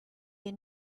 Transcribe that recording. you